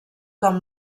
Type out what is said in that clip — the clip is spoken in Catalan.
com